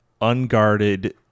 unguarded